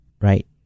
right